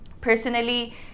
personally